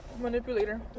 manipulator